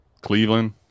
Cleveland